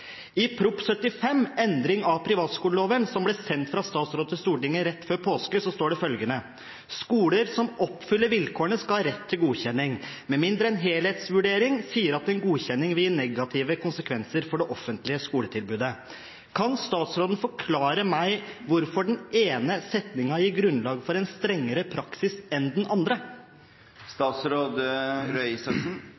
I Prop. 75 L for 2013–2014, Endringer i privatskolelova, som ble sendt fra statsråd til Stortinget rett før påske, står det i et sitat: «Skoler som oppfyller vilkårene skal ha rett til godkjenning, med mindre en helhetsvurdering tilsier at godkjenning vil gi negative konsekvenser for det offentlige skoletilbudet.» Kan statsråden forklare meg hvorfor den ene setningen gir grunnlag for en strengere praksis enn den andre?